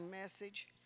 message